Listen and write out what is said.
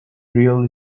real